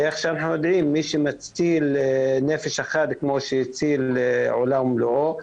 אנחנו יודעים שמי שמציל נפש אחת כמו שהציל עולם ומלואו.